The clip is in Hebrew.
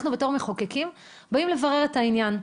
אנחנו בתור מחוקקים באים לברר את העניין.